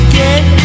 get